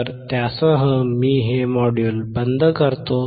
तर त्यासह मी हे मॉड्यूल बंद करतो